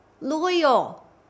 loyal